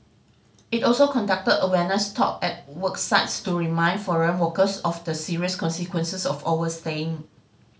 it also conducted awareness talk at work sites to remind foreign workers of the serious consequences of overstaying